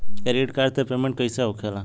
Credit card से payment कईसे होखेला?